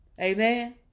Amen